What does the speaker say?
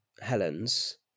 Helen's